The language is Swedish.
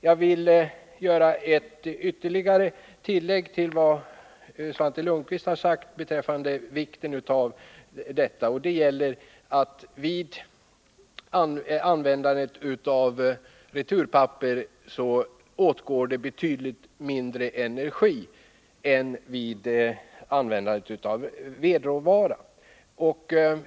Jag vill göra ytterligare ett tillägg till det som Svante Lundkvist har sagt, nämligen att det går åt betydligt mindre energi om man använder sig av returpapper än om man använder sig av vedråvara.